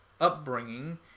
upbringing